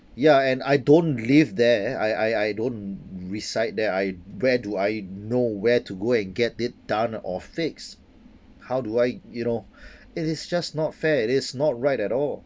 ya and I don't live there I I I don't reside there I where do I know where to go and get it done or fix how do I you know it it's just not fair is not right at all